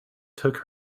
took